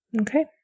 Okay